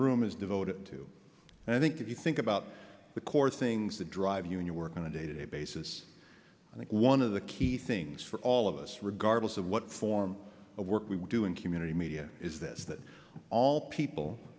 room is devoted to and i think if you think about the core things that drive you in your work on a day to day basis i think one of the key things for all of us regardless of what form of work we do in community media is this that all people